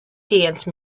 dance